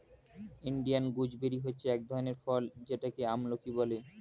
Indian gooseberry হচ্ছে এক ধরনের ফল যেটাকে আমলকি বলে